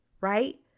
right